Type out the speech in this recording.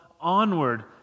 Onward